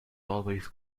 always